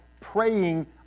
praying